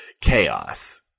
chaos